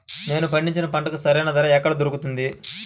నేను పండించిన పంటకి సరైన ధర ఎక్కడ దొరుకుతుంది?